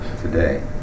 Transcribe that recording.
today